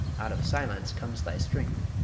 out of silence comes thy strength.